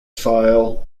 file